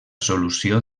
solució